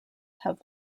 have